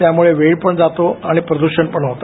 त्यामुळे वेळ पण जातो आणि प्रदूषण होते